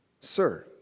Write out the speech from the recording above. Sir